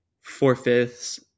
four-fifths